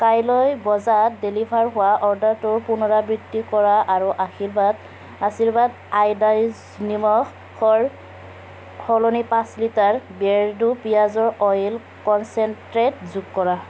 কাইলৈ বজাৰত ডেলিভাৰ হোৱা অৰ্ডাৰটোৰ পুনৰাবৃত্তি কৰা আৰু আৰ্শীবাদ আছিৰ্বাদ আয়'ডাইজ নিমখৰ সলনি পাঁচ লিটাৰ বিয়েৰ্ডো পিঁয়াজৰ অইল কনচেনট্ৰেট যোগ কৰা